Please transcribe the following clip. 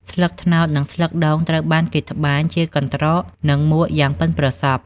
ស្លឹកត្នោត និងស្លឹកដូងត្រូវបានគេត្បាញជាកន្ត្រក និងមួកយ៉ាងប៉ិនប្រសប់។